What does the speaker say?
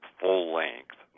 full-length